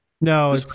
No